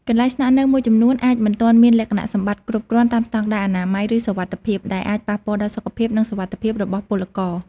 កន្លែងស្នាក់នៅមួយចំនួនអាចមិនទាន់មានលក្ខណៈសម្បត្តិគ្រប់គ្រាន់តាមស្តង់ដារអនាម័យ ឬសុវត្ថិភាព ដែលអាចប៉ះពាល់ដល់សុខភាព និងសុវត្ថិភាពរបស់ពលករ ។